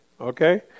Okay